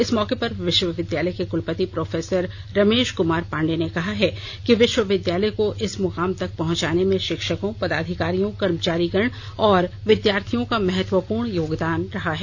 इस मौके पर विश्वविद्यालय के कुलपति प्रोफेसर रमेश कुमार पाण्डेय ने कहा है कि विश्वविद्यालय को इस मुकाम तक पहुंचाने में शिक्षकों पदाधिकारियों कर्मचारीगण और विद्यार्थियों का महत्वपूर्ण योगदान रहा है